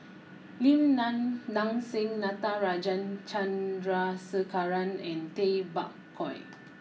Lim Nang Seng Natarajan Chandrasekaran and Tay Bak Koi